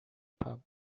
pub